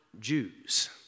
Jews